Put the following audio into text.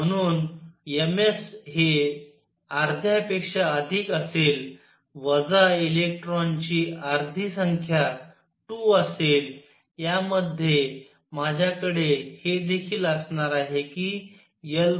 म्हणून ms हे अर्ध्यापेक्षा अधिक असेल वजा इलेक्ट्रॉनची अर्धी संख्या 2 असेल यामध्ये माझ्याकडे हे देखील असणार आहे कि l 1